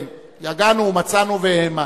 יגענו ומצאנו והאמנו.